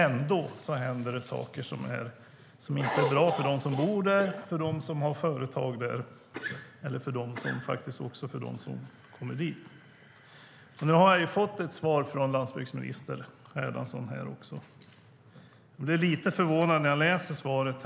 Ändå händer det saker som inte är bra för dem som bor där, för dem som har företag där och för dem som kommer dit. Nu har jag fått svar från landsbygdsminister Erlandsson. Jag blir lite förvånad när jag läser svaret.